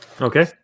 Okay